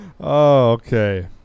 Okay